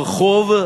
ברחוב,